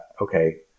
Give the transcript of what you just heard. okay